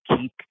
keep